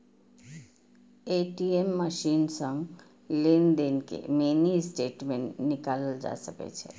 ATM machine सं लेनदेन के मिनी स्टेटमेंट निकालल जा सकै छै